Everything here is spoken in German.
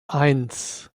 eins